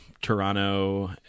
Toronto